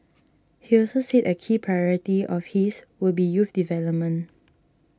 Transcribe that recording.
he also said a key priority of his will be youth development